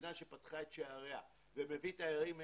ממדינה שפתחה את שעריה ומביא תיירים הנה,